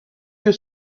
you